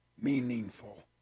meaningful